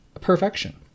perfection